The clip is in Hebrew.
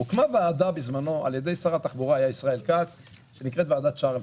הוקמה ועדה בזמנו על ידי שר התחבורה ישראל כץ שנקראת ועדת צ'רלי.